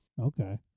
Okay